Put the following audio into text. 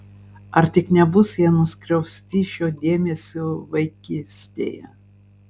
ar tik nebus jie nuskriausti šiuo dėmesiu vaikystėje